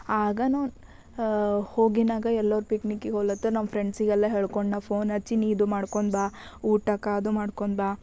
ಆಗ ಹೋಗಿನಾಗ ಎಲ್ಲರ್ ಪಿಕ್ನಿಕಿಗೆ ಹೋಲತ್ತರ್ ನಮ್ಮ ಫ್ರೆಂಡ್ಸಿಗೆಲ್ಲ ಹೇಳ್ಕೊಂಡು ನಾ ಫೋನ್ ಹಚ್ಚಿ ನೀ ಇದು ಮಾಡ್ಕೊಂಡು ಬಾ ಊಟಕ್ಕೆ ಅದು ಮಾಡ್ಕೊಂಡು ಬಾ